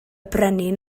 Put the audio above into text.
brenin